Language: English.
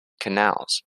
canals